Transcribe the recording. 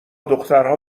دخترها